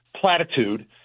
platitude